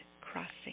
crossing